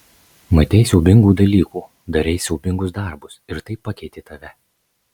matei siaubingų dalykų darei siaubingus darbus ir tai pakeitė tave